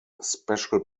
special